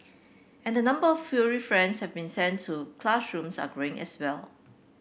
and the number furry friends have been sent to classrooms are growing as well